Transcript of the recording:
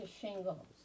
shingles